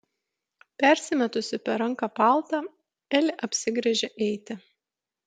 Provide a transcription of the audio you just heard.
persimetusi per ranką paltą elė apsigręžia eiti